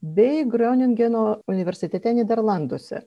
bei groningeno universitete nyderlanduose